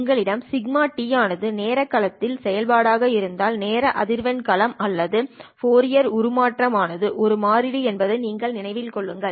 உங்களிடம் δ ஆனது நேரகளத்தின் செயல்பாடு ஆக இருந்தால் நேர அதிர்வெண் களம் அல்லது ஃபோரியர் உருமாற்றம் ஆனது ஒரு மாறிலி என்பதை நினைவில் கொள்ளுங்கள்